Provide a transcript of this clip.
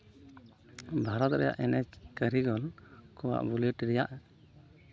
ᱵᱷᱟᱨᱚᱛ ᱨᱮᱭᱟᱜ ᱮᱱᱮᱡ ᱠᱟᱹᱨᱤᱜᱚᱞ ᱠᱚᱣᱟᱜ ᱵᱩᱞᱮᱴ ᱨᱮᱭᱟᱜ